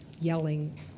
yelling